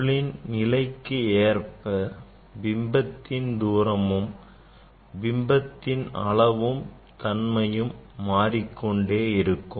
பொருளின் நிலைக்கு ஏற்ப பிம்பத்தின் தூரமும் பிம்பத்தின் அளவும் தன்மையும் மாறிக்கொண்டே இருக்கும்